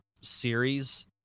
series